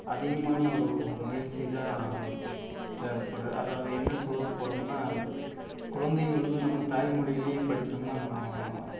அதிகமான ஒரு மகிழ்ச்சி தான் தேவைப்படுது அதாவது என்ன சொல்லப் போகிறோன்னா குழந்தையிலருந்து நம்ம தாய்மொழியிலையே படிச்சோம்னால் நம்ம